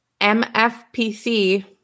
Mfpc